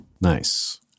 Nice